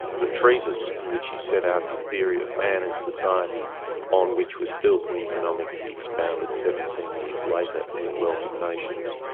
the treatise in which he set out his theory of man in society on which was built the economics he expounded seventeen years later in the wealth of nations.